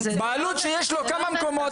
בעלות שיש לו כמה מקומות,